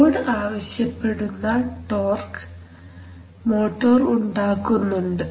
load ആവശ്യപ്പെടുന്ന torque motor ഉണ്ടാക്കുന്നുണ്ട്